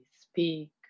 speak